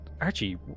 Archie